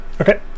Okay